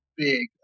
big